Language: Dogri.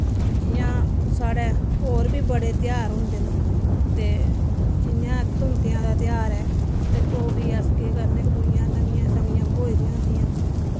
जि'यां साढ़े होर बी बड़े तेहार होंदे न ते जि'यां धमदेआं दा तेहार ऐ ते ओह् बी अस केह् करने कुड़ियां नमियां शवियां ब्होई दियां होंदियां